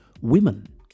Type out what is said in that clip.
women